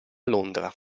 londra